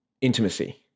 intimacy